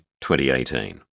2018